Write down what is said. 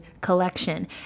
Collection